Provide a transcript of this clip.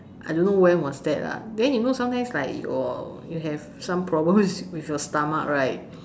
I don't know when was that lah then you know sometimes like your you have some problems with your stomach right